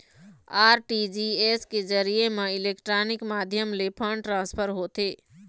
RTGS के जरिए म इलेक्ट्रानिक माध्यम ले फंड ट्रांसफर होथे